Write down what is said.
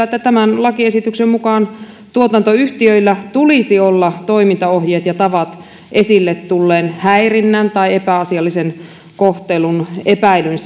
että tämän lakiesityksen mukaan tuotantoyhtiöillä tulisi olla toimintaohjeet ja tavat esille tulleen häirinnän tai epäasiallisen kohtelun epäilyn